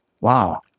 wow